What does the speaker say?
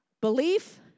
belief